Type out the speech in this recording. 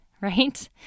Right